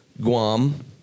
Guam